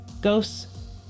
ghosts